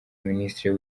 minisitiri